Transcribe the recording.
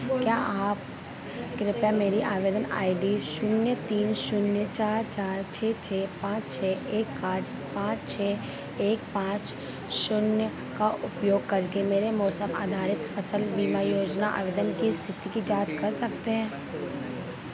क्या आप कृपया मेरी आवेदन आई डी शून्य तीन शून्य चार चार छः छः पाँच छः एक आठ पाँच छः एक पाँच शून्य का उपयोग करके मेरे मौसम आधारित फ़सल बीमा योजना आवेदन की स्थिति की जाँच कर सकते हैं